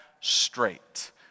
straight